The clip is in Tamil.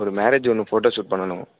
ஒரு மேரேஜ் ஒன்னு ஃபோட்டோ ஷூட் பண்ணணும்